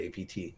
apt